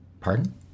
pardon